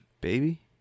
Baby